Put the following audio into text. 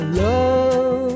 love